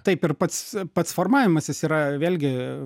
taip ir pats pats formavimasis yra vėlgi